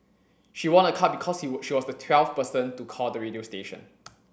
she won a car because she was the twelfth person to call the radio station